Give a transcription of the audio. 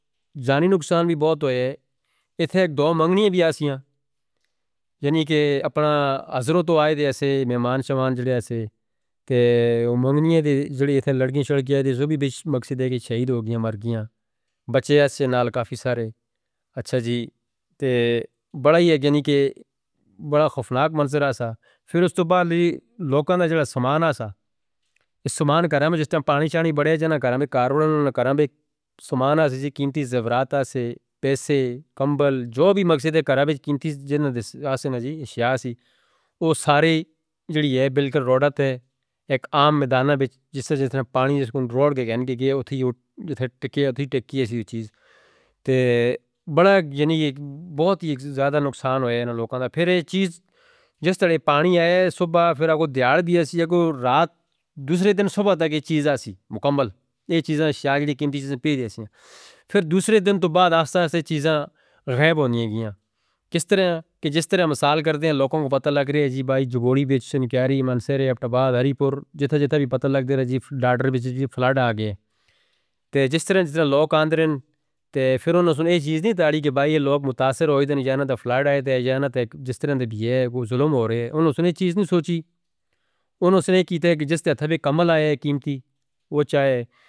جانی نقصان بھی بہت ہویا ہے اتھے ایک دو منگنیاں بھی آ سیاں یعنی کہ اپنے ازروں تو آئے تھے مہمان شمار جڑے تھے منگنیاں دے جڑے تھے لڑکیاں چل گیا تھے سب بھی مقصد ہے کہ شہید ہو گیا ہیں مر گیا ہیں بچے تھے نال کافی سارے۔ اچھا جی تے بڑا ہی ہے کہ بڑا خوفناک منظر تھا پھر اس تو بعد لی لوکاں دا جڑا سمان تھا سمان کرام ہے جیسے پانی چانی بڑے ہیں جینا کرام ہے کاروڑا نو نو کرام ہے سمان تھا جیسے قیمتی زبرات تھے پیسے کمبل جو بھی مقصد ہے کرام ہے قیمتی جینا دی اشیاں تھی وہ سارے جڑی ہے بلکل روڈہ تھے ایک عام میدانہ تھے جیسے پانی جس کنڈ روڈ گئے ہیں گے اتھے ہی ٹھیکے اتھے ہی ٹھیکے تھی چیز تے بہت زیادہ نقصان ہویا ہے ان لوکاں دا۔ پھر ایہ چیز جس طرح پانی آیا ہے صبح پھر آگے دیال بھی ہے رات دوسرے دن صبح تک ایہ چیز آتی مکمل ایہ چیزاں اشیاں جڑی قیمتی چیزاں پیڑے تھیں پھر دوسرے دن تو بعد آہستہ آہستہ چیزاں غیب ہونی ہیں گیاں۔ کس طرح ہے کہ جس طرح مثال کر دیں لوکاں کو پتا لگ رہے ہیں جی بھائی جوگوری بیچ سنکھیاری منصرے پٹاباد ہریپور جتھے جتھے بھی پتا لگ دے رہے ہیں جی ڈاٹر بیچ بھی فلڈ آ گیا ہے تو جس طرح جتھا لوک آندھر ہیں تو پھر انہوں نے سنہیں چیز نہیں دادی کہ بھائی یہ لوگ متاثر ہو گئے ہیں یا نہ دا فلڈ آیا ہے یا نہ تے جس طرح دی بیئے ہے کوئی ظلم ہو رہے ہیں انہوں نے سنہیں چیز نہیں سوچی انہوں نے سنہیں کیتے کہ جس طرح اتھے بھی کمل آیا ہے قیمتی وہ چائے.